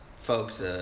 folks